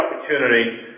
opportunity